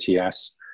ATS